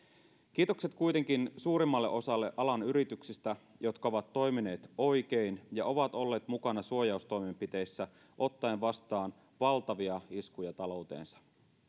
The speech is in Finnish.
kiitokset kuitenkin suurimmalle osalle alan yrityksistä jotka ovat toimineet oikein ja ovat olleet mukana suojaustoimenpiteissä ottaen vastaan valtavia iskuja talouteensa